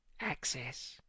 Access